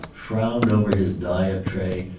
frowned over his diet tray,